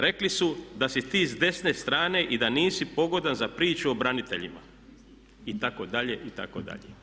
Rekli su da si ti s desne strane i da nisi pogodan za priču o braniteljima, itd., itd.